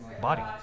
body